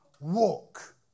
Walk